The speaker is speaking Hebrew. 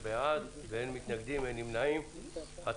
הצבעה בעד 1 נגד, אין נמנעים, אין המיזוג אושר.